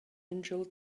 angel